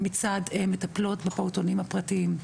מצד מטפלות בפעוטונים הפרטיים.